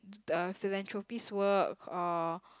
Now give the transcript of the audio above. the philanthropist work or